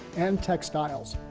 and textiles,